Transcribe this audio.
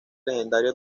legendario